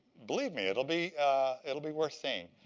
believe me, it'll be it'll be worth seeing.